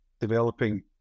developing